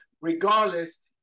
regardless